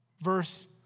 Verse